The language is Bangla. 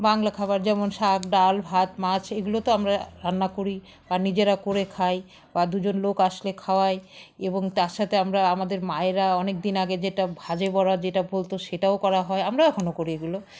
বাংলা খাবার যেমন শাক ডাল ভাত মাছ এগুলো তো আমরা রান্না করি বা নিজেরা করে খাই বা দুজন লোক আসলে খাওয়াই এবং তার সাথে আমরা আমাদের মায়েরা অনেক দিন আগে যেটা ভাজে বড়া যেটা বলতো সেটাও করা হয় আমরাও এখনও করি এগুলো